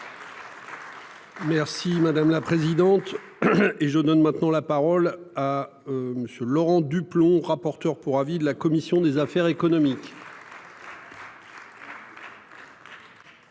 Merci madame la présidente. Et je donne maintenant la parole à. Monsieur Laurent Duplomb, rapporteur pour avis de la commission des affaires économiques.